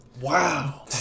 Wow